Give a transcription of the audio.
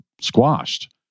squashed